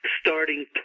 starting